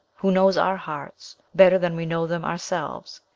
who knows our hearts better than we know them ourselves,